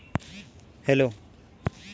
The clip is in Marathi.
छोट्या धंद्यासाठी मले कितीक रुपयानं कर्ज भेटन?